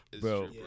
Bro